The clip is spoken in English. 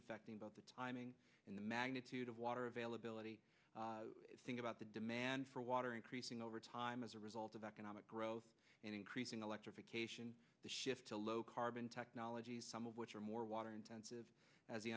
affecting both the timing and the magnitude of water availability think about the demand for water increasing over time as a result of economic growth and increasing electrification the shift to low carbon technologies some of which are more water intensive as the